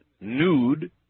nude